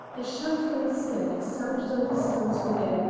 a shuffling step sounded on the stones within,